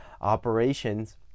operations